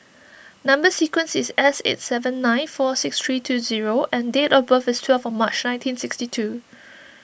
Number Sequence is S eight seven nine four six three two zero and date of birth is twelfth March nineteen sixty two